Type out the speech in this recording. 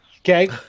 Okay